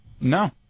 no